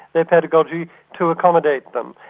their pedagogy to accommodate them,